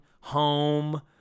home